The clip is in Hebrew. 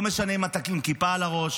זה לא משנה אם אתה עם כיפה על הראש,